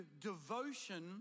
devotion